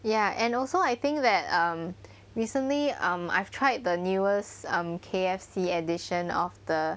ya and also I think that um recently um I've tried the newest um K_F_C edition of the